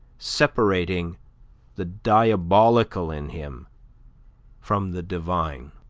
separating the diabolical in him from the divine.